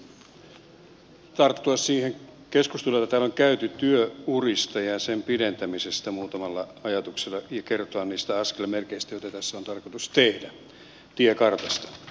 ajattelin tarttua siihen keskusteluun jota täällä on käyty työurista ja niiden pidentämisestä muutamalla ajatuksella ja kertoa niistä askelmerkeistä joita tässä on tarkoitus tehdä tiekartasta